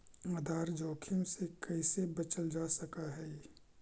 आधार जोखिम से कइसे बचल जा सकऽ हइ?